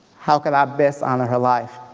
how could i best honor her life.